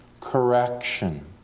correction